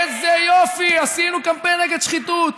איזה יופי, עשינו קמפיין נגד שחיתות.